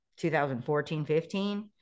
2014-15